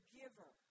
giver